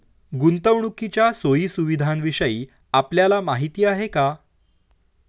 गुंतवणुकीच्या सोयी सुविधांविषयी आपल्याला माहिती आहे का?